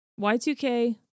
y2k